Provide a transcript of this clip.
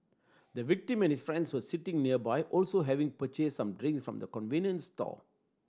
the victim and his friend's were sitting nearby also having purchased some drink from the convenience store